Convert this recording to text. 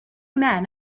men